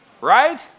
right